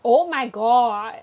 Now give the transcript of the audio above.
oh my god